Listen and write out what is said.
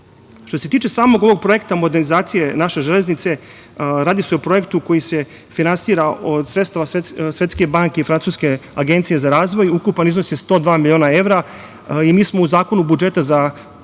se tiče samog ovog projekta modernizacije naše železnice, radi se o projektu koji se finansira od sredstava Svetske banke i Francuske agencije za razvoj. Ukupan iznos je 102 miliona evra. Mi smo u Zakonu o budžetu za 2021.